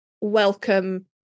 welcome